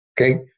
Okay